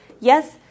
yes